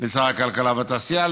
לשר הכלכלה והתעשייה,